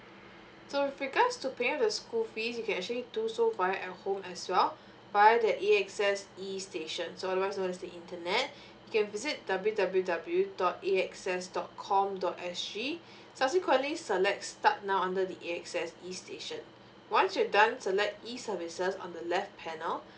so with regards to payment of the school fees you can actually do so via at home as well via the A_X_S e station so otherwise you want to use the internet you can visit W W W dot A_X_S dot com dot S G subsequently select start now under the A_X_S e station once you done select e services on the left panel